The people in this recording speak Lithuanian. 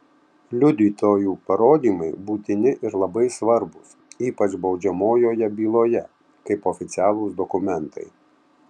liudytojų parodymai būtini ir labai svarbūs ypač baudžiamojoje byloje kaip oficialūs dokumentai